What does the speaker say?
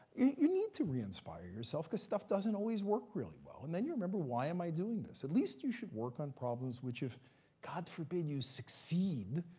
you need to re-inspire yourself, because stuff doesn't always work really well. and then, you remember, why am i doing this? at least you should work on problems which, if god forbid, you succeed,